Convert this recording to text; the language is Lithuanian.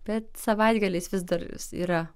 bet savaitgaliais vis dar yra